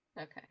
okay